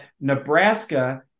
Nebraska